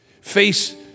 face